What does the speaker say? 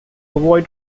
avoid